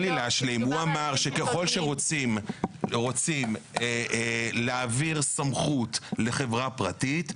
הוא אמר שככל שרוצים להעביר סמכות לחברה פרטית,